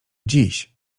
dziś